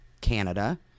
Canada